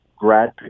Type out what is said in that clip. grad